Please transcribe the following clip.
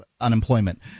unemployment